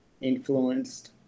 influenced